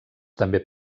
també